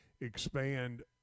expand